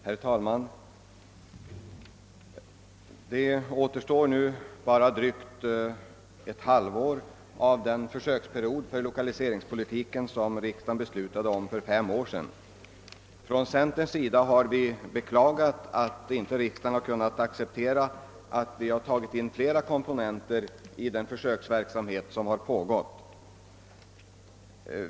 Herr talman! Det återstår nu bara drygt ett halvår av den försöksperiod för lokaliseringspolitiken som riksdagen beslutade om för fem år sedan. Från centerns sida har vi beklagat att riksdagen inte har kunnat acceptera förslag om att ta in flera komponenter i den försöksverksamhet som pågått.